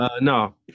no